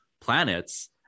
planets